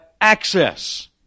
access